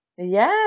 Yes